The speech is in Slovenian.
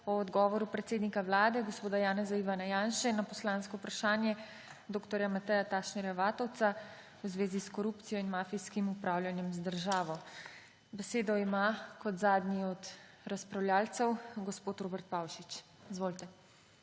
o odgovoru predsednika Vlade gospoda Janeza (Ivana) Janše na poslansko vprašanje dr. Mateja Tašnerja Vatovca v zvezi s korupcijo in mafijskim upravljanjem z državo. Besedo ima kot zadnji od razpravljavcev gospod Robert Pavšič. Izvolite.